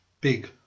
big